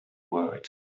words